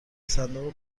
صندوق